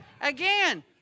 Again